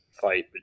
fight